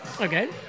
Okay